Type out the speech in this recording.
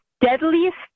deadliest